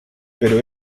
pero